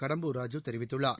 கடம்பூர் ராஜூ தெரிவித்துள்ளார்